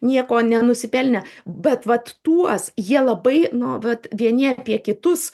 nieko nenusipelnę bet vat tuos jie labai nu vat vieni apie kitus